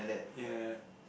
ya